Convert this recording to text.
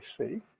see